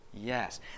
yes